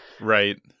Right